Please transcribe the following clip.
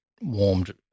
warmed